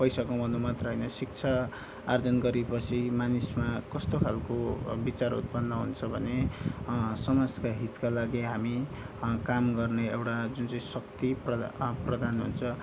पैसा कमाउन मात्र होइन शिक्षा आर्जन गरेपछि मानिसमा कस्तो खालको विचार उत्पन्न हुन्छ भने समाजका हितका लागि हामी काम गर्ने एउटा जुन चाहिँ शक्ति प्रदा प्रदान हुन्छ